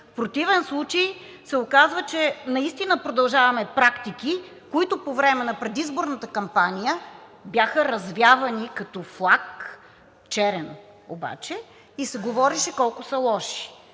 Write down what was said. В противен случай се оказва, че наистина продължаваме практики, които по време на предизборната кампания бяха развявани като флаг – черен обаче, и се говореше колко са лоши.